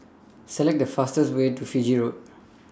Select The fastest Way to Fiji Road